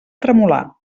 tremolar